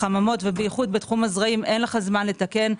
בייחוד בתחום הזרעים אין לך זמן לתקן.